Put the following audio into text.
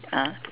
ah